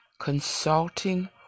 consulting